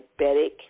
diabetic